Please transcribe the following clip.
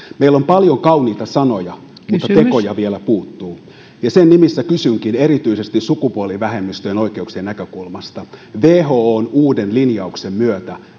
meillä on paljon kauniita sanoja mutta tekoja vielä puuttuu sen nimissä kysynkin erityisesti sukupuolivähemmistöjen oikeuksien näkökulmasta minkälaisiin toimiin hallitus aikoo ryhtyä whon uuden linjauksen myötä